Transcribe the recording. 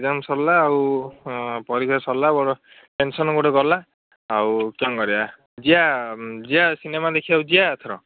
exam ସରିଲା ଆଉ ହଁ ପରୀକ୍ଷା ସରିଲା ବଡ଼ ଟେନ୍ସନ୍ ଗୋଟେ ଗଲା ଆଉ କ'ଣ କରିବା ଯିବା ଯିବା ସିନେମା ଦେଖିବାକୁ ଯିବା ଏଥର